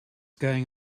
going